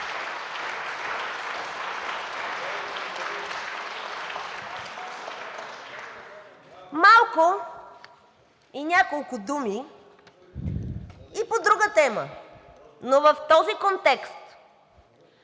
Няколко думи и по друга тема, но в този контекст.